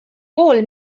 pool